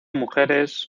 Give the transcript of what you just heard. mujeres